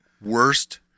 worst